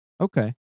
Okay